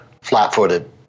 flat-footed